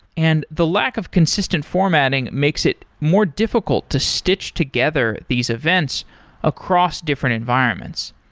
and the lack of consistent formatting makes it more difficult to stitch together these events across different environments.